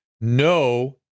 no